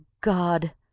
God